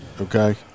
okay